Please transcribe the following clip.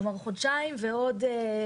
כלומר חודשיים ועוד חודש.